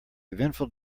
eventful